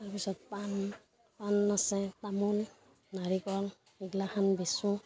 তাৰপিছত পাণ পাণ আছে তামোল নাৰিকল এইগিলাখান বেচোঁ